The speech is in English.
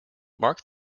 mark